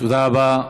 תודה רבה.